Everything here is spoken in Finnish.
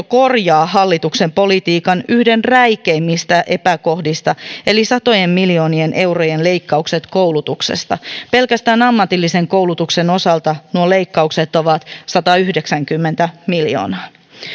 korjaa hallituksen politiikan yhden räikeimmistä epäkohdista eli satojen miljoonien eurojen leikkaukset koulutuksesta pelkästään ammatillisen koulutuksen osalta nuo leikkaukset ovat satayhdeksänkymmentä miljoonaa